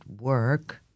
work